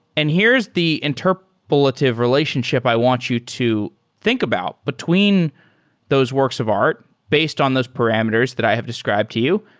and here's the interpolative relationship i want you to think about between those works of art based on those parameters that i have described to you.